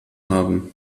haben